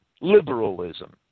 liberalism